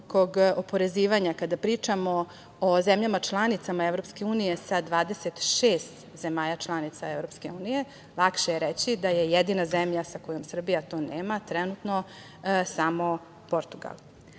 oporezivanja kada pričamo o zemljama članicama EU, sa 26 zemalja članica EU. Lakše je reći da je jedina zemlja sa kojom Srbija to nema samo Portugal. Postoje